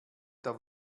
der